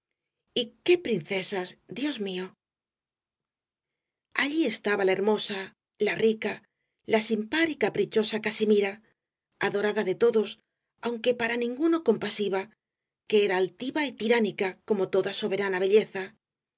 qué princesas dios mío allí estaba la hermosa la rica la sin par y caprichosa casimira adorada de todos aunque para ninguno compasiva que era altiva y tiránica como toda soberana belleza